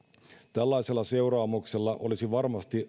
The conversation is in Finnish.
tällaisella seuraamuksella olisi varmasti